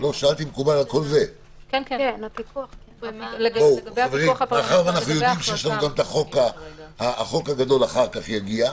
- מאחר שאנו יודעים שיש החוק הגדול שאחר כך יגיע,